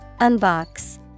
Unbox